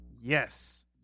Yes